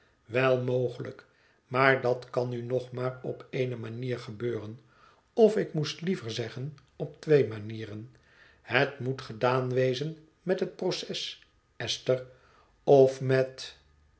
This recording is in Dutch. wel mogelijk maar dat kan nu nog maar op eene manier gebeuren of ik moest liever zeggen op twee manieren het moet gedaan wezen met het proces esther of met